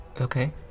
Okay